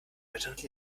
batterie